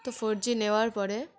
তো four G নেওয়ার পরে